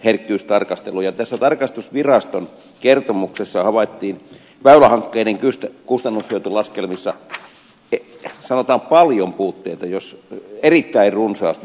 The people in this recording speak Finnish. tässä tarkastusviraston kertomuksessa havaittiin väylähankkeiden kustannushyöty laskelmissa sanotaan paljon puutteita erittäin runsaasti puutteita